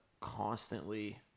constantly